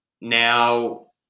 Now